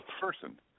person